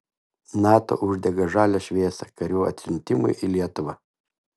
nato uždega žalią šviesą karių atsiuntimui į lietuvą